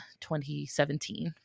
2017